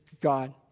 God